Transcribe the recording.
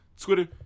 Twitter